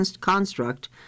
construct